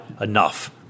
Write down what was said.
enough